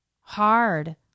hard